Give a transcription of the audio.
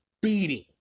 beating